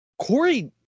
Corey